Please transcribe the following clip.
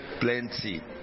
plenty